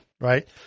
right